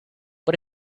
but